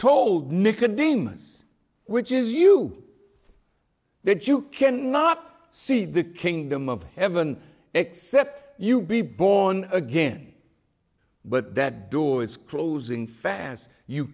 demons which is you that you can not see the kingdom of heaven except you be born again but that door is closing fast you